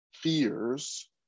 fears